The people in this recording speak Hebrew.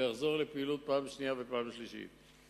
ויחזור לפעילות פעם שנייה ופעם שלישית.